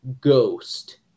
Ghost